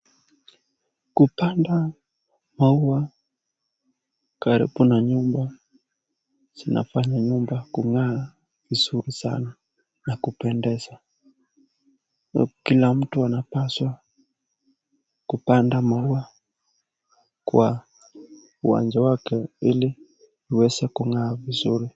Kupanda maua karibu na nyumba zinafanya nyumba kungaa vizuri sana na kupendeza na kila mtu anapaswa kupanda maua kwa uwanja wake ili iweze kungaa vizuri.